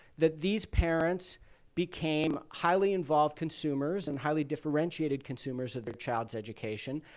that these parents became highly involved consumers and highly differentiated consumers of their child's education,